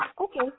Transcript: okay